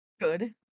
Good